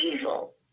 evil